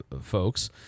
folks